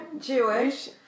Jewish